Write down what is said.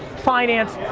finance,